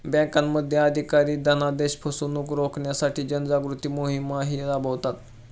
बँकांचे अधिकारी धनादेश फसवणुक रोखण्यासाठी जनजागृती मोहिमाही राबवतात